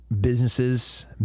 businesses